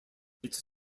its